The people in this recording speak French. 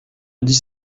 dix